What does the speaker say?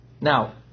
Now